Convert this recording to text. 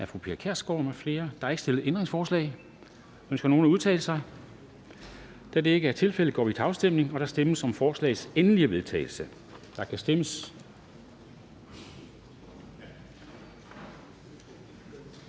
Der er ikke stillet ændringsforslag. Ønsker nogen at udtale sig? Da det ikke er tilfældet, går vi til afstemning. Kl. 13:04 Afstemning Formanden